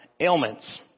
ailments